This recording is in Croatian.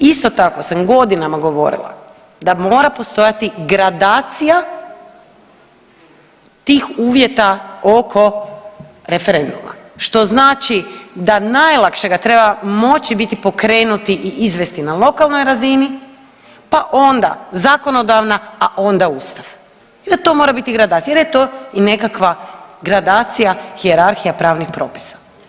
Isto tako sam godinama govorila da mora postojati gradacija tih uvjeta oko referenduma, što znači da najlakše ga treba moći biti pokrenuti i izvesti na lokalnoj razini, pa onda zakonodavna, a onda Ustav jer to mora biti gradacija jer je to i nekakva gradacija, hijerarhija pravnih propisa.